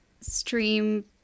stream